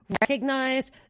recognize